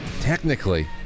technically